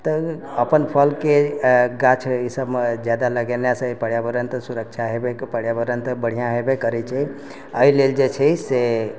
तऽ अपन फलके गाछ ई सबमे जादा लगेना से पर्यावरण तऽ सुरक्षा हेबेके पड़ैया पर्यावरण तऽ बढ़िआँ हेबे करैत छै एहि लेल जे छै से